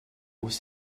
aux